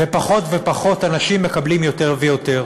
ופחות ופחות אנשים מקבלים יותר ויותר.